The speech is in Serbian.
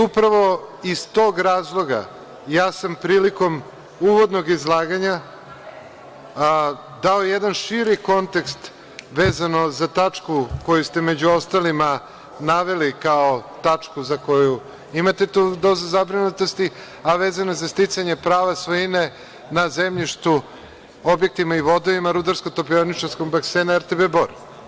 Upravo iz tog razloga, prilikom uvodnog izlaganja sam dao jedan širi kontekst vezano za tačku koju ste među ostalima naveli, kao tačku za koju imate tu dozu zabrinutosti, a vezana je za sticanja prava svojine na zemljištu, objektima i vodovima Rudarsko-topioničarskog basena RTB Bor.